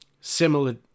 similar